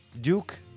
Duke